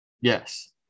Yes